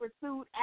pursued